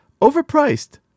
Overpriced